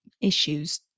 issues